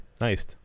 Nice